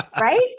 right